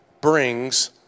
brings